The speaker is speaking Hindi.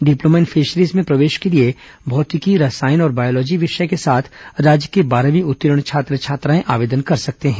डिप्लोमा इन फिशरीज में प्रवेश के लिए भौतिक रसायन और बायोलॉजी विषय के साथ राज्य के बारहवीं उत्तीर्ण छात्र छात्राएं आवेदन कर सकते हैं